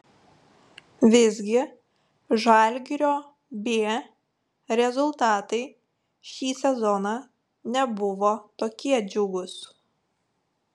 visgi žalgirio b rezultatai šį sezoną nebuvo tokie džiugūs